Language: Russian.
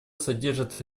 содержит